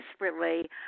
desperately